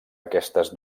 aquestes